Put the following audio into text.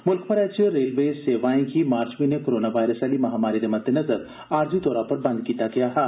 मुल्ख भरै इच रेलवे सेवाएं गी मार्च म्हीने कोरोना वायरस आहली महामारी दे मद्देनजर आरज़ी तौर पर बंद कीता गेआ हा